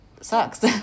sucks